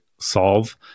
solve